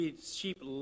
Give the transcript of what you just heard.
sheep